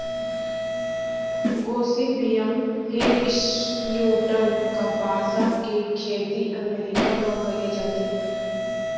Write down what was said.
Gossypium hirsutum कपसा के खेती अमेरिका म करे जाथे